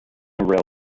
monorail